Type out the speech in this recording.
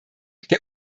der